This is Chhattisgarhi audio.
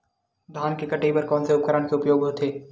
धान के कटाई बर कोन से उपकरण के उपयोग होथे?